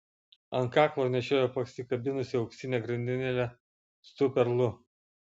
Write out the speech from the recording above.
ant kaklo nešiojo pasikabinusi auksinę grandinėlę su perlu